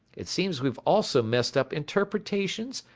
it seems we've also messed up interpretations,